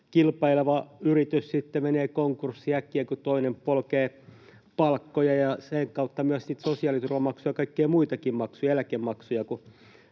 kilpaileva yritys menee konkurssiin äkkiä, kun toinen polkee palkkoja ja sen kautta myös sosiaaliturvamaksuja ja kaikkia muitakin maksuja, eläkemaksuja,